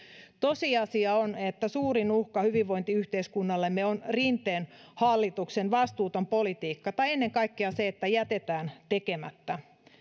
tosiasia on että suurin uhka hyvinvointiyhteiskunnallemme on rinteen hallituksen vastuuton politiikka tai ennen kaikkea se että jätetään tekemättä